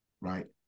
right